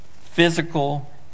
physical